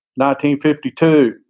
1952